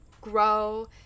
grow